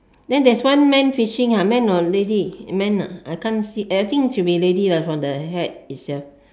then there's one man fishing ah man or lady man ah man I can't see I think should be lady lah from the hat itself